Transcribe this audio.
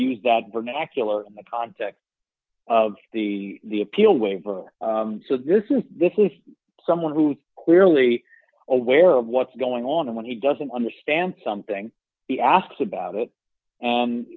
used that vernacular in the context of the the appeal waiver so this is this is someone who's clearly aware of what's going on and when he doesn't understand something he asks about it and